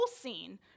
scene